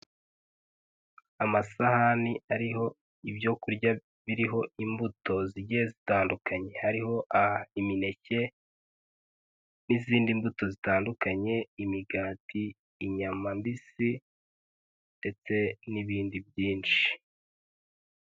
Amasahani ariho ibyo kurya biriho imbuto zigiye zitandukanye, hariho imineke n'izindi mbuto zitandukanye, imigati, inyama mbisi ndetse n'ibindi byinshi.